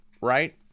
right